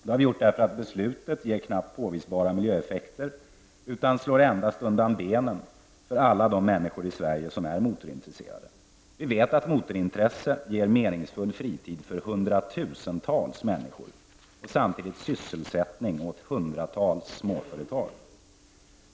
Det har vi gjort därför att beslutet ger knappt påvisbara miljöeffekter. Det slår endast undan benen för alla de människor i Sverige som är motorintresserade. Vi vet att motorintresset ger meningsfull fritid för hundratusentals människor och samtidigt sysselsättning åt hundratals småföretag.